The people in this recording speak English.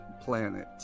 Planet